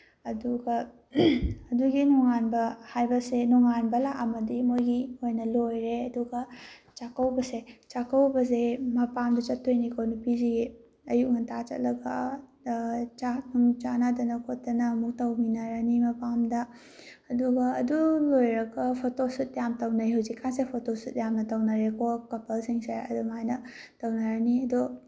ꯑꯗꯨꯒ ꯑꯗꯨꯒꯤ ꯅꯣꯡꯉꯥꯟꯕ ꯍꯥꯏꯕꯁꯦ ꯅꯣꯡꯉꯥꯟꯕ ꯂꯥꯛꯑꯝꯃꯗꯤ ꯃꯣꯏꯒꯤ ꯑꯣꯏꯅ ꯂꯣꯏꯔꯦ ꯑꯗꯨꯒ ꯆꯥꯛꯀꯧꯕꯁꯦ ꯆꯥꯛꯀꯧꯕꯁꯦ ꯃꯄꯥꯝꯗ ꯆꯠꯇꯣꯏꯅꯤꯀꯣ ꯅꯨꯄꯤꯁꯤꯒꯤ ꯑꯌꯨꯛ ꯉꯟꯇꯥ ꯆꯠꯂꯒ ꯆꯥꯛ ꯅꯨꯡ ꯆꯥꯅꯗꯅ ꯈꯣꯠꯇꯅ ꯑꯃꯨꯛ ꯇꯧꯃꯤꯟꯅꯔꯅꯤ ꯃꯄꯥꯝꯗ ꯑꯗꯨꯒ ꯑꯗꯨ ꯂꯣꯏꯔꯒ ꯐꯣꯇꯣꯁꯨꯠ ꯌꯥꯝ ꯇꯧꯅꯩ ꯍꯧꯖꯤꯛꯀꯥꯟꯁꯦ ꯐꯣꯇꯣꯁꯨꯠ ꯌꯥꯝꯅ ꯇꯧꯅꯔꯦꯀꯣ ꯀꯄꯜꯁꯤꯡꯁꯦ ꯑꯗꯨꯃꯥꯏꯅ ꯇꯧꯅꯔꯅꯤ ꯑꯗꯣ